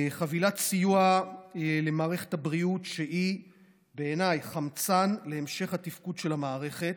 חבילת סיוע למערכת הבריאות שהיא בעיניי חמצן להמשך התפקוד של המערכת.